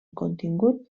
contingut